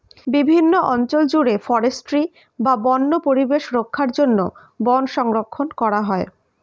বিভিন্ন অঞ্চল জুড়ে ফরেস্ট্রি বা বন্য পরিবেশ রক্ষার জন্য বন সংরক্ষণ করা হয়